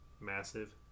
massive